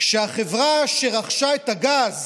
כשהחברה שרכשה את הגז